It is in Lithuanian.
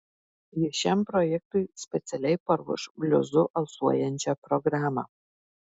ji šiam projektui specialiai paruoš bliuzu alsuojančią programą